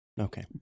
Okay